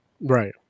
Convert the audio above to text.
right